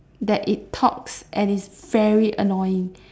that it talks and it's very annoying